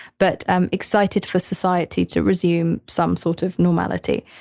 but um excited for society to resume some sort of normality.